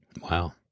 Wow